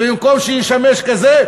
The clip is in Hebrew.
ובמקום שישמש כזה,